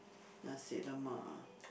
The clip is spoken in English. Nasi-Lemak ah